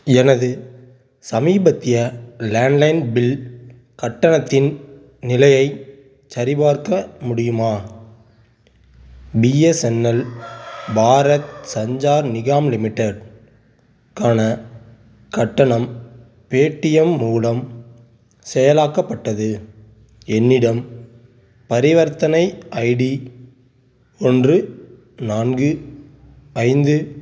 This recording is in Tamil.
எனது சமீபத்திய லேண்ட் லைன் பில் கட்டணத்தின் நிலையைச் சரிபார்க்க முடியுமா பிஎஸ்என்எல் பாரத் சஞ்சார் நிகாம் லிமிடெட்டுக்கான கட்டணம் பேடிஎம் மூலம் செயலாக்கப்பட்டது என்னிடம் பரிவர்த்தனை ஐடி ஒன்று நான்கு ஐந்து